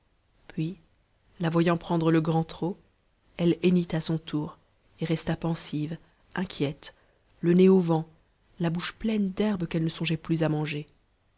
puis la voyant prendre le grand trot elle hennit à son tour et resta pensive inquiète le nez au vent la bouche pleine d'herbes qu'elle ne songeait plus à manger